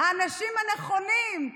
האנשים הנכונים,